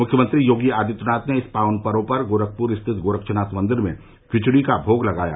मुख्यमंत्री योगी आदित्यनाथ ने इस पावन पर्व पर गोरखपुर स्थित गोरक्षनाथ मंदिर में खिचड़ी का भोग लगाया